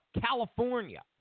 California